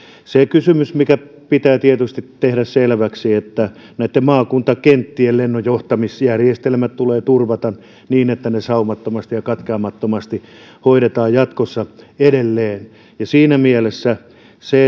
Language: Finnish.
se kysymys pitää tietysti tehdä selväksi että näitten maakuntakenttien lennonjohtamisjärjestelmät tulee turvata niin että ne saumattomasti ja katkeamattomasti hoidetaan jatkossa edelleen siinä mielessä se